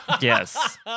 Yes